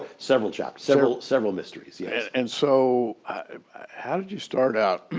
several chapters, several several mysteries, yes. and so how did you start out,